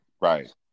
Right